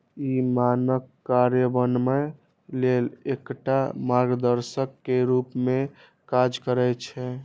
ई मानक कार्यान्वयन लेल एकटा मार्गदर्शक के रूप मे काज करै छै